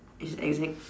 it's exact